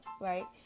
right